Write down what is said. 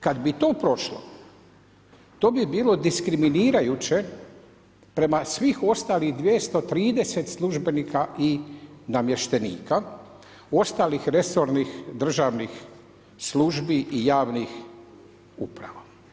Kad bi to prošlo, to bi bilo diskriminirajuće prema svim ostalim 230 službenika i namještenika ostalih resornih državnih službi i javnih uprava.